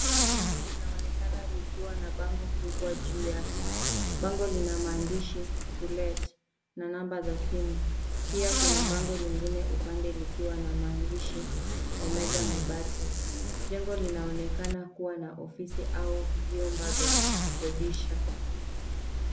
Jengo linaonekana likiwa na bango kubwa juu yake. Bango linamaandishi, To Let , na namba za simu. Pia kuna bango lingine upande likiwa na maandishi, Omega Mabati. Jengo linaonekana kuwa na ofisi au vyumba vya kukodisha.